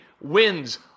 Wins